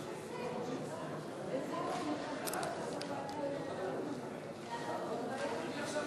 בהקמת ועדת חקירה פרלמנטרית בנושא קומבינת